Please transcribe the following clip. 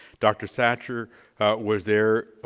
dr. satcher was there,